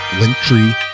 linktree